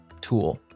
tool